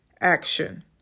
action